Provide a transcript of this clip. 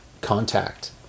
contact